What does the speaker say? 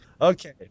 okay